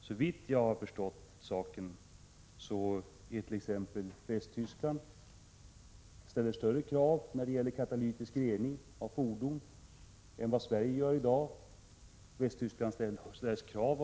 Såvitt jag har förstått ställer t.ex. Västtyskland högre krav när det gäller katalytisk avgasrening än vad Sverige gör i dag.